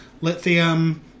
Lithium